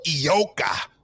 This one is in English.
Ioka